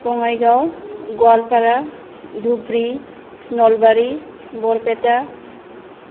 Bongaigaon Goalpara Dhubri Nalbari Barpeta